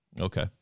Okay